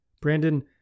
Brandon